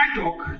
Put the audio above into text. talk